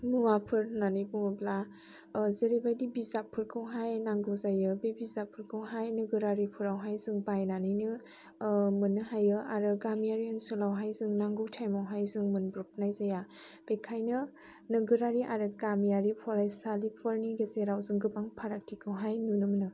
मुवाफोर होननानै बुङोब्ला जेरैबादि बिजाबफोरखौहाय नांगौ जायो बे बिजाबफोरखौहाय नोगोरफोराव जों बायनानैनो मोननो हायो आरो गामियारि ओनसोलाव जों नांगौ टाइम आवहाय जों मोनब्र'बनाय जाया बेनिखायनो नोगोरारि आरो गामियारि फरायसालिफोरनि गेजेराव जों गोबां फारगथिखौहाय नुनो मोनो